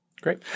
Great